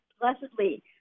blessedly